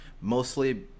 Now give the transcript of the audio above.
Mostly